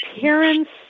parents